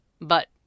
But